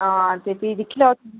हां ते भी दिक्खी लैओ